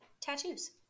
Tattoos